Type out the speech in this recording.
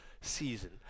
season